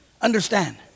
understand